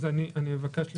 אבקש להתייחס.